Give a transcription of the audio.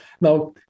now